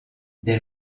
des